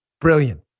Brilliant